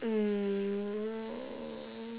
uh